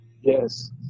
yes